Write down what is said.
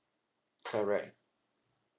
correct